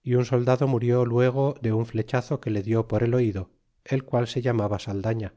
y un soldado murió luego de un flechazo que le dió por el oido el qual se llamaba saldaña